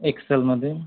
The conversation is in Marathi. एक्सेलमध्ये